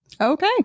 Okay